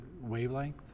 wavelength